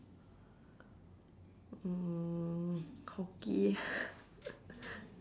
mm hockey